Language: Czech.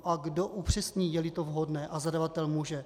A kdo upřesní, jeli to vhodné a zadavatel může?